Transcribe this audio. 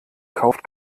kauft